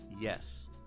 yes